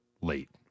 late